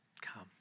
come